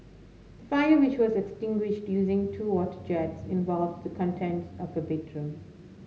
the fire which was extinguished using two water jets involved the contents of a bedroom